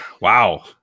wow